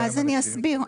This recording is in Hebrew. אני אסביר.